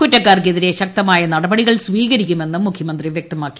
കുറ്റക്കാർക്കെതിരെ ശക്തമായ നടപടികൾ സ്വീകരിക്കുമെന്നും മുഖ്യമന്ത്രി വ്യക്തമാക്കി